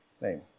name